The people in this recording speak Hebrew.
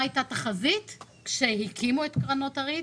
מה הייתה התחזית כשהקימו את קרנות ריט,